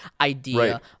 idea